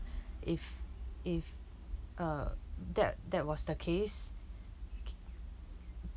if if uh that that was the case